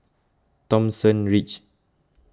Thomson Ridge